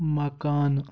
مکانہٕ